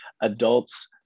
adults